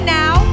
now